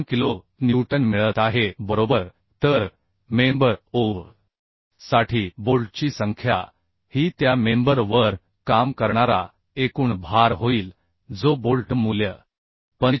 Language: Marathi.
3 किलो न्यूटन मिळत आहे बरोबर तर मेंबर OB साठी बोल्टची संख्या ही त्या मेंबर वर काम करणारा एकूण भार होईल जो बोल्ट मूल्य 45